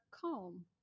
calm